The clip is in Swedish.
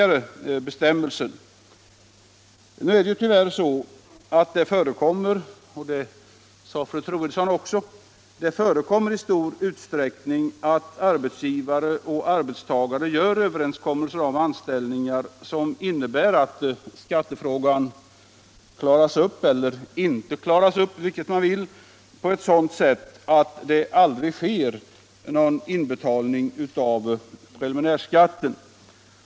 Nr 38 Nu är det tyvärr så — det sade också fru Troedsson — att det i stor Tisdagen den utsträckning förekommer att arbetsgivare och arbetstagare träffar över 9 december 1975 enskommelse om anställning som innebär att skattefrågan klaras upp —— eller inte klaras upp, vilket man vill — på ett sådant sätt att det aldrig — Ändring iuppbördssker någon inbetalning av preliminärskatt.